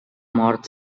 mort